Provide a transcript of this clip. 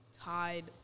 Tied